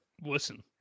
Listen